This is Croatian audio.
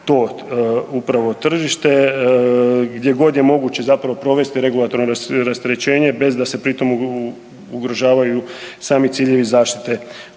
to upravo tržište. Gdje god je moguće zapravo provesti regulatorno rasterećenje bez da se pritom ugrožavaju sami ciljevi zaštite